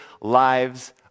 lives